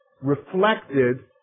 reflected